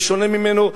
בשונה ממנו,